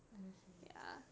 oh okay